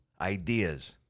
ideas